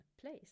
place